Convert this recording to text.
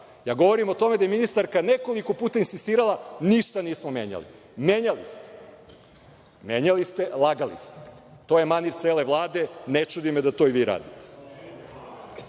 Ja govorim o tome da je ministarka nekoliko puta insistirala – ništa nismo menjali. Menjali ste. Menjali ste, lagali ste. To je manir cele Vlade, ne čudi me da to i vi radite. Šta